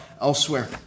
elsewhere